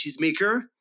cheesemaker